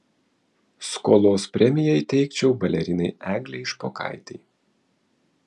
skolos premiją įteikčiau balerinai eglei špokaitei